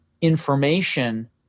information